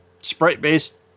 sprite-based